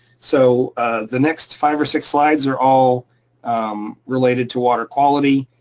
so the next five or six slides are all related to water quality,